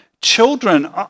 children